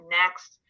next